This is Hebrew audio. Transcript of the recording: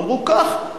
אמרו: קח,